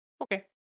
Okay